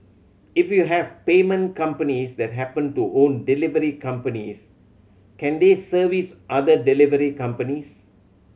if you have payment companies that happen to own delivery companies can they service other delivery companies